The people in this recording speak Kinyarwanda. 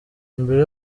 mbere